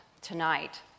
tonight